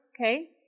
Okay